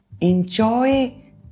enjoy